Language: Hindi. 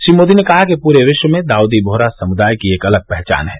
श्री मोदी ने कहा कि पूरे विश्व में दाउदी बोहरा समुदाय की एक अलग पहचान है